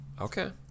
Okay